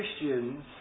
Christians